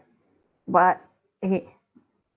but okay